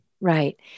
Right